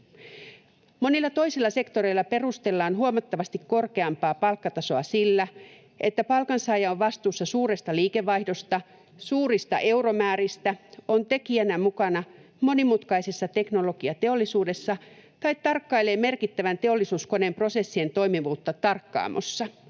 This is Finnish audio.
Monilla toisilla sektoreilla perustellaan huomattavasti korkeampaa palkkatasoa sillä, että palkansaaja on vastuussa suuresta liikevaihdosta, suurista euromääristä, on tekijänä mukana monimutkaisessa teknologiateollisuudessa tai tarkkailee merkittävän teollisuuskoneen prosessien toimivuutta tarkkaamossa.